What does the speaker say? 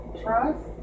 trust